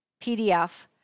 PDF